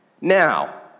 Now